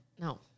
No